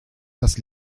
das